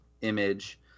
image